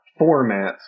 formats